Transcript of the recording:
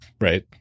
right